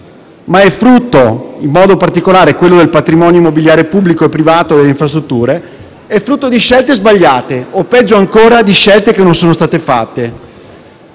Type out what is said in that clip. ma è frutto, in modo particolare quello del patrimonio immobiliare pubblico e privato e delle infrastrutture, di scelte sbagliate o, peggio ancora, di scelte che non sono state fatte.